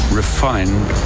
refined